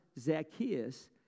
Zacchaeus